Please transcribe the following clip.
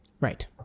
Right